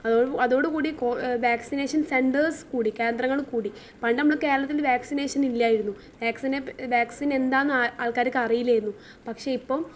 അതോട് കൂടി കൊ വാക്സിനേഷൻ സെൻറേഴ്സ് കൂടി കേന്ദ്രങ്ങൾ കൂടി പണ്ട് നമ്മൾ കേരളത്തിൽ വാക്സിനേഷൻ ഇല്ലായിരുന്നു വാക്സിനെ പ വാക്സിൻ എന്താണെന്ന് ആൾക്കാർക്ക് അറിയില്ലായിരുന്നു പക്ഷേ ഇപ്പം